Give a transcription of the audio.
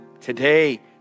today